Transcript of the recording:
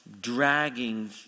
dragging